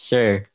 Sure